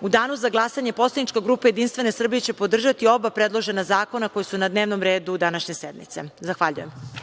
u danu za glasanje poslanička grupa JS će podržati oba predložena zakona koja su na dnevnom redu današnje sednice. Zahvaljujem.